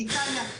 באיטליה.